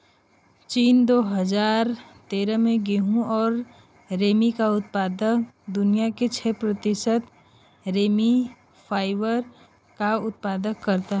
चीन, दो हजार तेरह में गेहूं और रेमी का प्रमुख उत्पादक, दुनिया के छह प्रतिशत रेमी फाइबर का उत्पादन करता है